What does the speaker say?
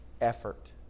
effort